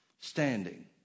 Standing